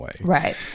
Right